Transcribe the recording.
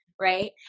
Right